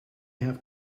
have